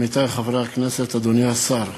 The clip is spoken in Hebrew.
עמיתי חברי הכנסת, אדוני השר,